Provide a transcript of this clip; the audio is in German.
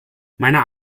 meiner